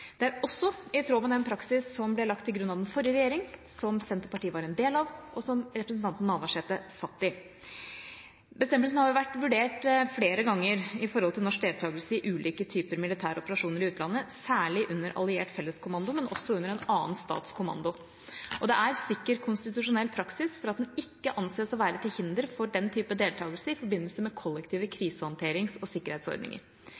Det er også i tråd med den praksis som ble lagt til grunn av den forrige regjering, som Senterpartiet var en del av, og som representanten Navarsete satt i. Bestemmelsen har vært vurdert flere ganger med tanke på norsk deltakelse i ulike typer militære operasjoner i utlandet, særlig under alliert felleskommando, men også under en annen stats kommando. Det er sikker konstitusjonell praksis for at den ikke anses å være til hinder for den typen deltakelse i forbindelse med kollektive